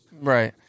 Right